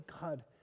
God